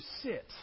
sit